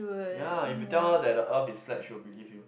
ya if you tell her that the Earth is flat she will believe you